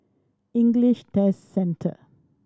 English Test Centre